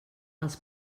els